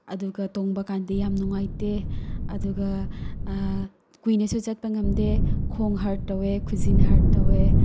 ꯑꯗꯨꯒ ꯇꯣꯡꯕ ꯀꯟꯗ ꯌꯥꯝ ꯅꯨꯉꯥꯏꯇꯦ ꯑꯗꯨꯒ ꯀꯨꯏꯅꯁꯨ ꯆꯠꯄ ꯉꯝꯗꯦ ꯈꯣꯡ ꯍꯔꯠ ꯇꯧꯑꯦ ꯈꯨꯖꯤꯟ ꯍꯔꯠ ꯇꯧꯑꯦ